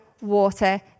water